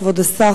כבוד השר,